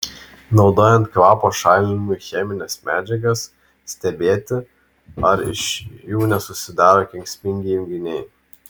naudojant kvapo šalinimui chemines medžiagas stebėti ar iš jų nesusidaro kenksmingi junginiai